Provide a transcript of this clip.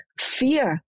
fear